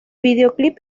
videoclip